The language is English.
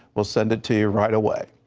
will send it to you right away.